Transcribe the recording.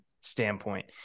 standpoint